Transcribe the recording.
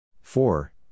four